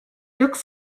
looks